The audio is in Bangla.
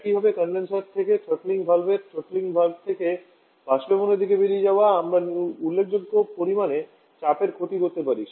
একইভাবে কনডেন্সার থেকে থ্রোটলিং ভালভের থ্রোটলিং ভালভ থেকে বাষ্পীভবনের দিকে বেরিয়ে যাওয়া আমরা উল্লেখযোগ্য পরিমাণে চাপের ক্ষতি করতে পারি